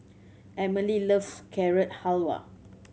Emely loves Carrot Halwa